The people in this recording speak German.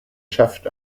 schaft